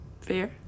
fair